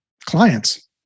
clients